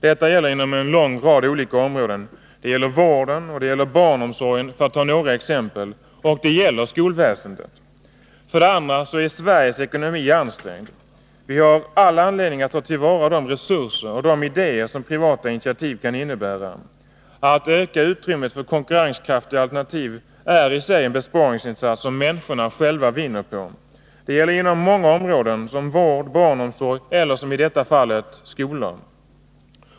Detta gäller inom en lång rad olika områden. Det gäller vården, och det gäller barnomsorgen, för att ta några exempel. Och det gäller skolväsendet. För det andra är Sveriges ekonomi ansträngd. Vi har all anledning att ta till vara de resurser och de idéer som privata initiativ kan innebära. Att öka utrymmet för konkurrenskraftiga alternativ är i sig en besparingsinsats som människorna själva vinner på. Det gäller inom många områden, såsom vård, barnomsorg eller som i detta fall skolor.